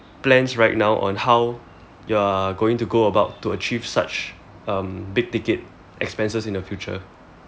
plans right now on how you are going to go about to achieve such um big ticket expenses in the future